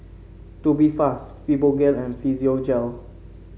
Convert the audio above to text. Tubifast Fibogel and Physiogel